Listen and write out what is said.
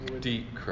Deep